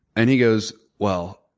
and he goes, well,